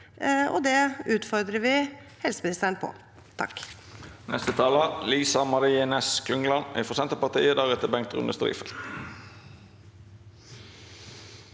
og det utfordrer vi helseministeren på. Lisa